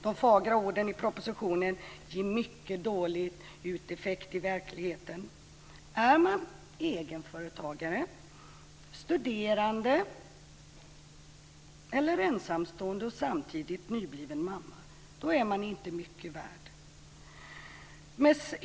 De fagra orden i propositionen ger mycket dålig effekt i verkligheten. Är man egenföretagare, studerande eller ensamstående och samtidigt nybliven mamma är man inte mycket värd.